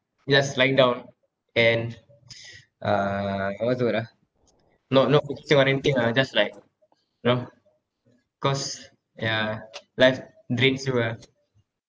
just lying down and uh what's the word ah not not or anything ah just like you know cause yeah life drains you ah